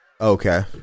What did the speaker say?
Okay